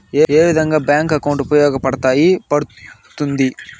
ఏ విధంగా bank account ఉపయోగపడతాయి పడ్తుంది